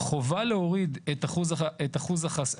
חובה להוריד את אחוז החסימה,